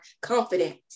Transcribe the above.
confidence